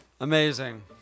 Amazing